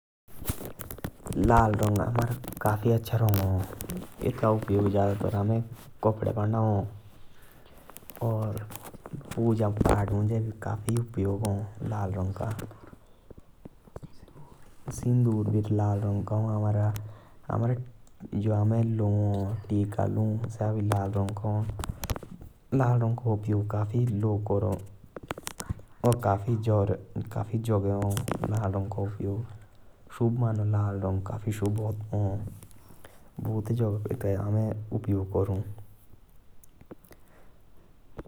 लाल रंग काफी अच्छा रंग ह । एटका उपयोग हामे पूजा मुँज करू । जो की हामे काफी सुध मनु आतो । रंगा अक ।